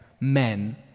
Men